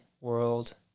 world